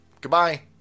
Goodbye